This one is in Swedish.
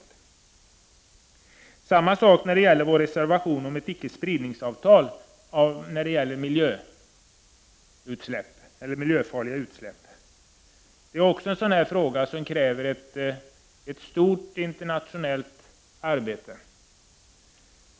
Vi har tillsammans med vpk fogat reservation 3, om ett icke-spridningsavtal när det gäller miljöfarliga utsläpp, till betänkandet. Det är också en fråga som kräver ett stort internationellt arbete.